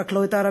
רק לא ערבית.